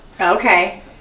Okay